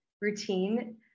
routine